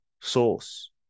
source